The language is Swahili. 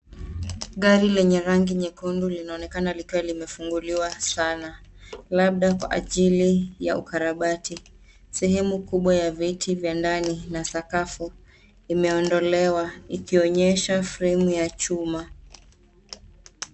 Gari lenye rangi nyekundu linaonekana likiwa limefunguliwa sana labda kwa ajili ya ukarabati. Sehemu kubwa ya viti vya ndani na sakafu imeondolewa, ikionyesha fremu ya chuma.